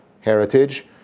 heritage